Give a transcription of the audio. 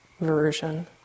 version